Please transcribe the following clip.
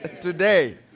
Today